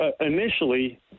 initially